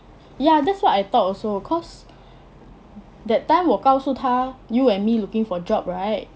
ya that's what I thought also cause that time 我告诉她 you and me looking for job right